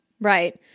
Right